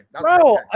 bro